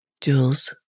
Jules